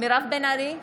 מירב בן ארי,